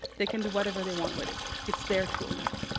they can do whatever they want with it, it's their tool now.